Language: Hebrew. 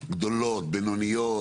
גדולות, בינוניות?